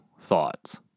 thoughts